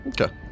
Okay